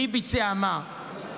מי ביצע מה,